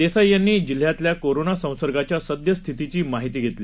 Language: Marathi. देसाई यांनी जिल्ह्यातल्या कोरोना संसर्गाच्या सद्यस्थितीची माहिती धेतली